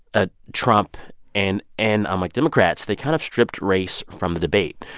ah trump and and um like democrats, they kind of stripped race from the debate.